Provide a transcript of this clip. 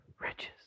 riches